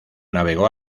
navegó